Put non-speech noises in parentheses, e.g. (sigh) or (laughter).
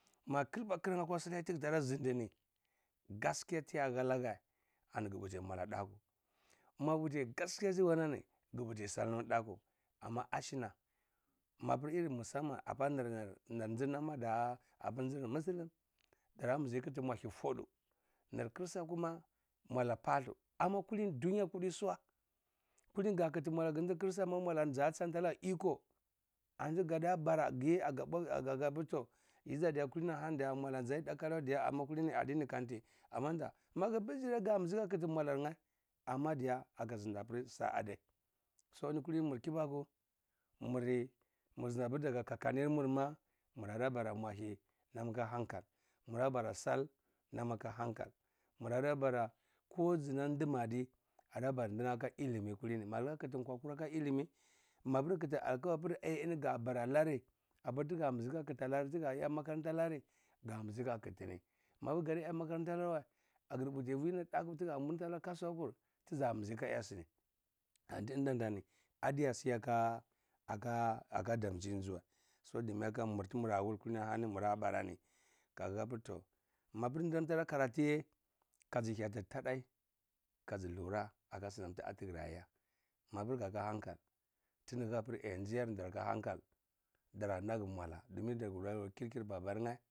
Makhir ba kriyeh akwa silai tigi zindi ni, gaskiya tiyada halageh ani gyamwala dakwu magi wuti gaskiya zignani giputi sal nam dakwu amma ashina mapir erin mwan man apnir zimusilim dara muszi kadar khiti mwaki fadu, nir christian kuma mwala pallu amma kulini dunya kirta suwa kulini ga khiti mwala gindi christian ma mwalani za santa neh iko anti gada bara giye aga (hesitation) apir toh yija duya kulini ahani diya mwalani zabara ti dakwu ani diya amma adini kanti amma nda magi bijireh gamizi aga khiti mwalaryeh amma diya aga zindi apir sa’adai so eni kulini mur kibaku muri mur zindi daga kakaninuma murada bara mwahi nam ka hankal, mura bara sal nam ka hankal murada bara ko zinam ndimadi ada bara ndinam ti aka elimi kulini magaliha khiti kwa kura ka aka elimi mapir gikhiti alkawari eh eni gabara narri apir tiga mizi ga khitinar tiyaya makaranta awar ka mizi ka khititini mapir gadi aya marakanta nar wa agir puti vinam dakwu tiga burtanarl kasuwa kur tiza mizi kaya sini anti ndan da ni adi asiya ka aka (hesitation) damchiniji wa so ndidinga murte mur apir mura barani kahanpir toh mapir ndinam tara karatuye kaji hete tadai kati lura akasinamti agir aya mapir gaka hankal tidihapir-eh giyar ni dara ka hankal dara nagi mwala domin darkuta wul kirkir babaryeh.